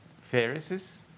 Pharisees